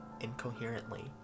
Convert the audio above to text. incoherently